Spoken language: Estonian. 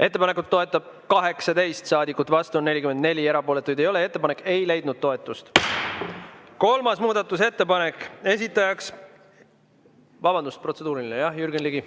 Ettepanekut toetab 18 saadikut, vastu on 44, erapooletuid ei ole. Ettepanek ei leidnud toetust. Kolmas muudatusettepanek, esitaja ... Vabandust! Jah, protseduuriline, Jürgen Ligi!